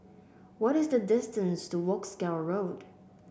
what is the distance to Wolskel Road